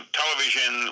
television